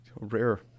rare